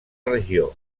regió